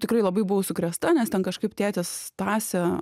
tikrai labai buvau sukrėsta nes ten kažkaip tėtis tąsė